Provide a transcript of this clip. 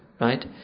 right